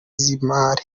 z’imari